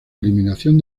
eliminación